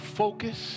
focus